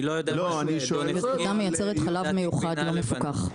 יטבתה מייצרת חלב מיוחד לא מפוקח.